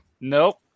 Nope